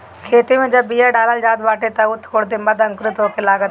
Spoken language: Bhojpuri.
खेते में जब बिया डालल जात बाटे तअ उ थोड़ दिन बाद अंकुरित होखे लागत हवे